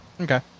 Okay